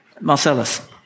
Marcellus